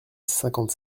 cinquante